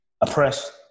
oppressed